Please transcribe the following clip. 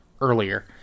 earlier